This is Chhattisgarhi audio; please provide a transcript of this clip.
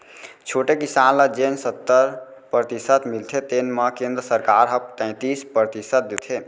छोटे किसान ल जेन सत्तर परतिसत मिलथे तेन म केंद्र सरकार ह तैतीस परतिसत देथे